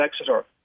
Exeter